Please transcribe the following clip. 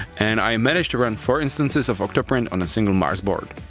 and i managed to run four instances of octoprint on a single marsboard.